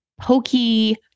pokey